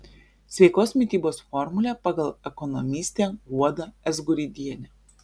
sveikos mitybos formulė pagal ekonomistę guodą azguridienę